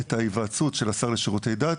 את ההיוועצות של השר לשירותי הדת,